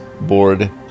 board